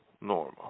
normal